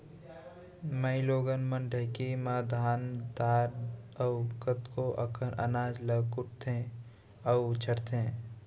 माइलोगन मन ढेंकी म धान दार अउ कतको अकन अनाज ल कुटथें अउ छरथें